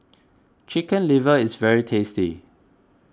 Chicken Liver is very tasty